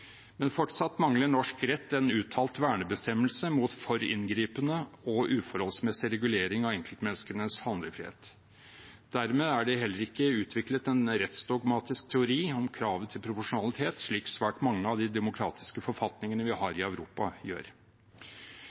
Men fortsatt mangler norsk rett en uttalt vernebestemmelse mot for inngripende og uforholdsmessig regulering av enkeltmenneskenes handlefrihet. Dermed er det heller ikke utviklet en rettsdogmatisk teori om kravet til proporsjonalitet, slik svært mange av de demokratiske forfatningene vi har i Europa,